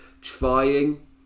trying